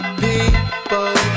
people